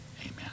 Amen